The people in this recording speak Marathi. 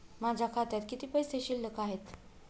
माझ्या खात्यात किती पैसे शिल्लक आहेत?